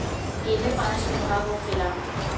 ऐइमे पाँच विभाग होखेला